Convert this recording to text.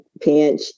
pinch